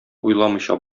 уйламыйча